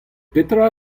petra